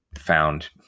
found